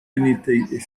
united